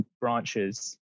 branches